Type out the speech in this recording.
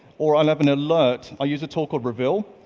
or i'll have an alert, i use a tool called reveal.